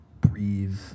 breathe